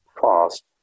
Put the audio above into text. fast